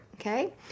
Okay